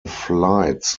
flights